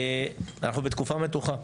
אנחנו בתקופה מתוחה,